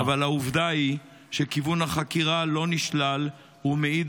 אבל העובדה היא שכיוון החקירה שלא נשלל מעיד